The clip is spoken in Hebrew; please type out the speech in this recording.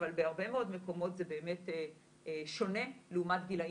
אבל בהרבה מאוד מקומות זה באמת שונה לעומת